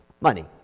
Money